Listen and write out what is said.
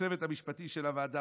לצוות המשפטי של הוועדה,